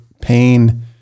pain